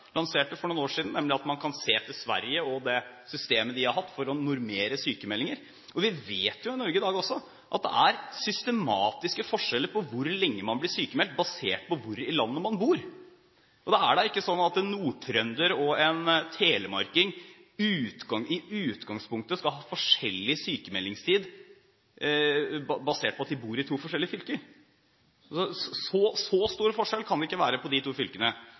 lanserte for noen år siden, nemlig at man kan se til Sverige og det systemet de har hatt for å normere sykmeldinger. Vi vet jo også at det i Norge i dag er systematiske forskjeller på hvor lenge man blir sykmeldt, basert på hvor i landet man bor. Det er da ikke sånn at en nordtrønder og en telemarking i utgangspunktet skal ha forskjellig sykmeldingstid, basert på at de bor i to forskjellige fylker. Så stor forskjell kan det ikke være på de to fylkene.